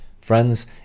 Friends